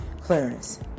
clearance